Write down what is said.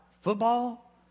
football